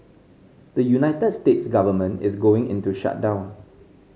the United States government is going into shutdown